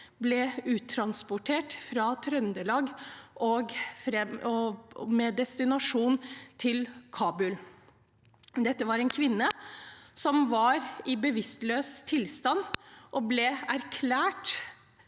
ble uttransportert fra Trøndelag med destinasjon Kabul. Dette var en kvinne som var i bevisstløs tilstand og ble erklært